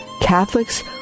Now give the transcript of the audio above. Catholics